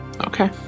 Okay